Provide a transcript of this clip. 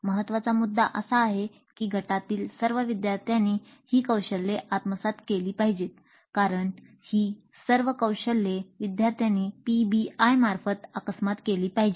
महत्त्वाचा मुद्दा असा आहे की गटातील सर्व विद्यार्थ्यांनी ही कौशल्ये आत्मसात केली पाहिजेत कारण ही सर्व कौशल्य विद्यार्थ्यांनी पीबीआय मार्फत आत्मसात केली पाहिजेत